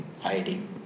hiding